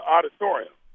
Auditorium